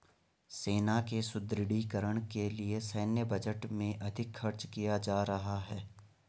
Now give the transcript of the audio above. सेना के सुदृढ़ीकरण के लिए सैन्य बजट में अधिक खर्च किया जा रहा है